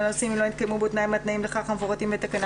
הנוסעים אם לא נתקיים בו תנאי מהתנאים לכך המפורטים בתקנה